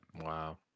wow